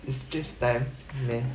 it's just time meh